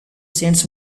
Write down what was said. sense